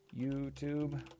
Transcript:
YouTube